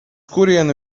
kurieni